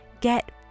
Get